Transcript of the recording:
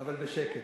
אבל בשקט.